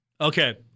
Okay